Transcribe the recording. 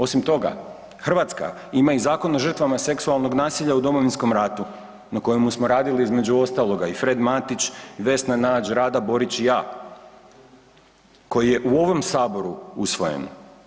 Osim toga, Hrvatska ima i Zakon o žrtvama seksualnog nasilja u Domovinskom ratu na kojemu smo radili između ostaloga i Fred Matić, i Vesna Nađ, Rada Borić i ja, koji je u ovom saboru usvojen.